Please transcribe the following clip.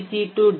C D